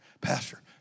pastor